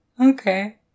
Okay